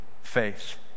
faith